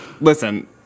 Listen